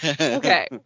Okay